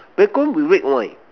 bacon with red wine